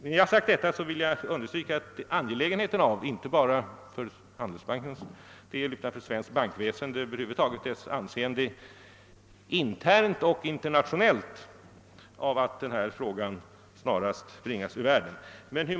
När jag har sagt detta vill jag understryka angelägenheten av att denna fråga snarast klaras upp, och detta inte bara med tanke på Svenska handelsbanken utan över huvud taget med hänsyn till svenskt bankväsendes anseende inom landet och även internationellt.